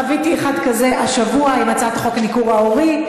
חוויתי אחת כזאת השבוע, הצעת החוק לניכור ההורי,